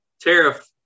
tariff